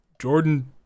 Jordan